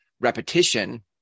repetition